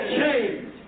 change